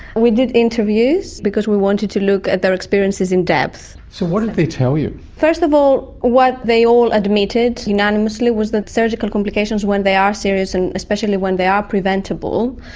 we did interviews because we wanted to look at their experiences in depth. so what did they tell you? first of all, what they all admitted unanimously was that surgical complications when they are serious, and especially when they are preventable,